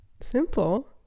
Simple